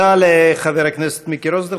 תודה לחבר הכנסת מיקי רוזנטל.